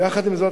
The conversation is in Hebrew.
יחד עם זאת,